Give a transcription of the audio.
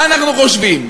מה אנחנו חושבים?